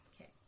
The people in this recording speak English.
Okay